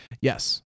Yes